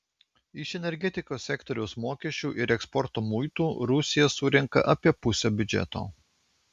iš energetikos sektoriaus mokesčių ir eksporto muitų rusija surenka apie pusę biudžeto